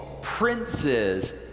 princes